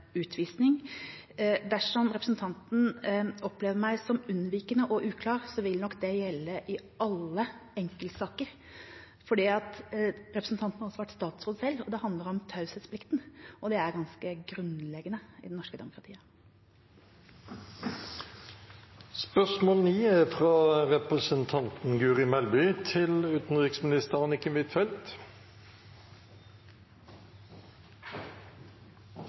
utvisning. Dersom representanten Listhaug opplever meg som unnvikende og uklar, vil nok det gjelde i alle enkeltsaker. Representanten Listhaug har vært statsråd selv, og det handler om taushetsplikten. Det er ganske grunnleggende i det norske demokratiet. Statuen Pillar of Shame har stått på området til The University of Hongkong siden 1997 og er